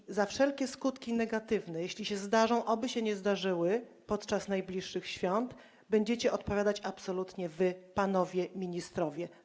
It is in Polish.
I za wszelkie negatywne skutki, jeśli się zdarzą, oby się nie zdarzyły, podczas najbliższych świąt będziecie odpowiadać absolutnie wy, panowie ministrowie.